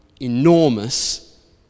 enormous